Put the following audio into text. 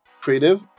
creative